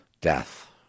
death